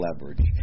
leverage